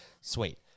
Sweet